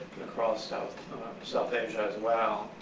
across south south asia as well.